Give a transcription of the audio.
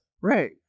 Right